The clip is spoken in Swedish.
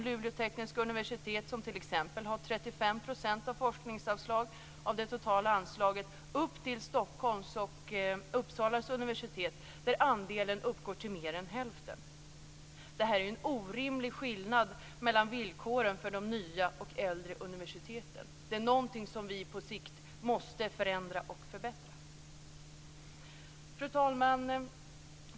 Luleå tekniska universitet har t.ex. 35 % av det totala anslaget. För Stockholms och Uppsala universitet uppgår andelen till mer än hälften. Det här är en orimlig skillnad i villkoren mellan de nya och äldre universiteten. Det är något som vi på sikt måste förändra och förbättra. Fru talman!